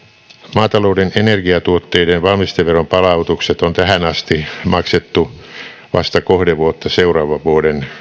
maatalouden energiatuotteiden valmisteveron palautukset on tähän asti maksettu vasta kohdevuotta seuraavan vuoden